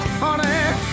honey